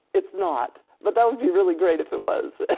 it's not, but that would be really great if it was.